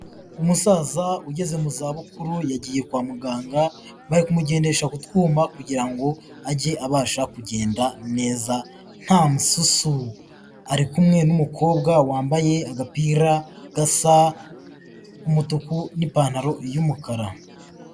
Umusaza ugeze mu zabukuru yagiye kwa muganga bari kumugendesha kutwuma kugira ngo ajye abasha kugenda neza nta mususu, ari kumwe n'umukobwa wambaye agapira gasa umutuku n'ipantaro y'umukara.